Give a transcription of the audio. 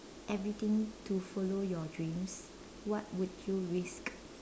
everything to follow your dreams what would you risk